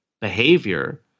behavior